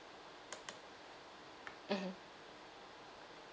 mmhmm